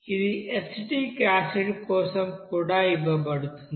ఇది acetic acid కోసం కూడా ఇవ్వబడుతుంది